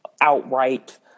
outright